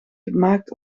gemaakt